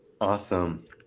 Awesome